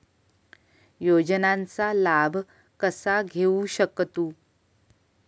योजनांचा लाभ कसा घेऊ शकतू?